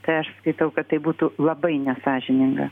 tai aš skaitau kad tai būtų labai nesąžininga